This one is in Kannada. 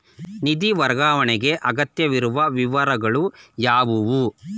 ನಿಧಿ ವರ್ಗಾವಣೆಗೆ ಅಗತ್ಯವಿರುವ ವಿವರಗಳು ಯಾವುವು?